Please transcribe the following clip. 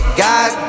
god